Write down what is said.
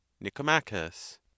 nicomachus